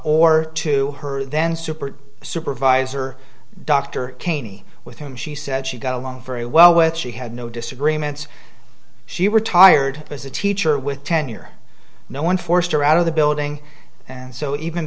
or to her then super supervisor dr caney with whom she said she got along very well with she had no disagreements she retired as a teacher with tenure no one forced her out of the building and so even